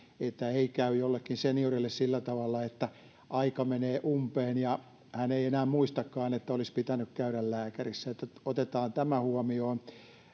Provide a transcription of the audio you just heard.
että ei käy jollekin seniorille sillä tavalla että aika menee umpeen ja hän ei enää muistakaan että olisi pitänyt käydä lääkärissä että otetaan tämä huomioon